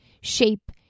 shape